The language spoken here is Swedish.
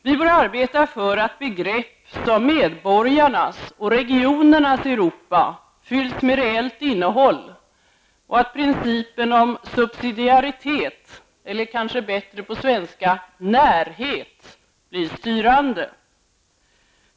Vi bör arbeta för att begrepp som ''medborgarnas'' och ''regionernas'' Europa fylls med reellt innehåll och att principen om subsidiaritet -- eller kanske bättre på svenska, närhet -- blir styrande.